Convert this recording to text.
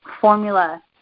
formula